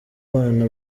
bana